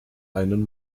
einen